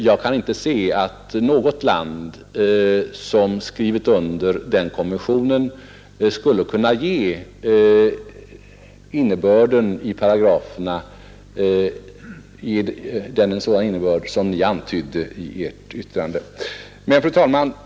Jag kan inte se att något land som skrivit under den konventionen skulle kunna ge paragraferna en sådan innebörd som Ni antydde i Ert yttrande. Fru talman!